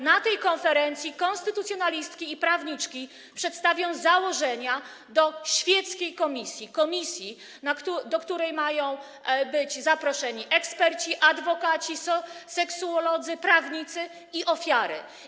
Na tej konferencji konstytucjonalistki i prawniczki przedstawią założenia dotyczące świeckiej komisji, do której mają być zaproszeni eksperci, adwokaci, seksuolodzy, prawnicy i ofiary.